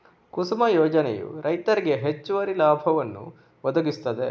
ಕುಸುಮ ಯೋಜನೆಯು ರೈತರಿಗೆ ಹೆಚ್ಚುವರಿ ಲಾಭವನ್ನು ಒದಗಿಸುತ್ತದೆ